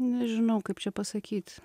nežinau kaip čia pasakyt